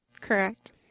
Correct